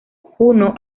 juno